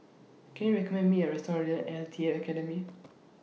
Can YOU recommend Me A Restaurant near L T A Academy